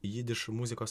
jidiš muzikos